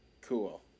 Cool